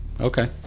Okay